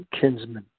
Kinsman